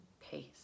pace